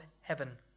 heaven